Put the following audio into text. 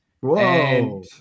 Whoa